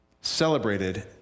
celebrated